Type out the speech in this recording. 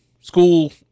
school